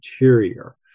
interior